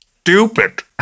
stupid